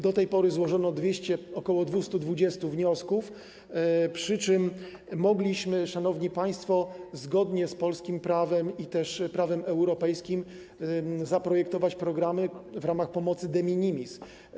Do tej pory złożono ok. 220 wniosków, przy czym mogliśmy, szanowni państwo, zgodnie z polskim prawem i prawem europejskim zaprojektować programy w ramach pomocy de minimis.